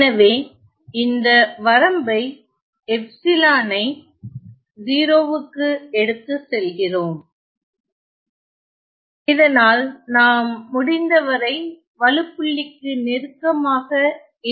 எனவே இந்த வரம்பை எப்சிலான் ஐ 0 க்கு எடுத்துச் செல்கிறோம் இதனால் நாம் முடிந்தவரை வழுப்புள்ளிக்கு நெருக்கமாக இருக்கிறோம்